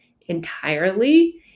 entirely